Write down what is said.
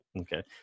okay